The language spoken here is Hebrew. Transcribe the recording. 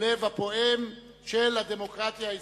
הלב הפועם של הדמוקרטיה הישראלית.